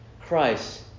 Christ